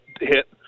hit